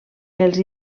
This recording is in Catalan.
els